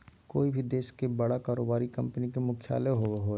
कोय भी देश के बड़ा कारोबारी कंपनी के मुख्यालय होबो हइ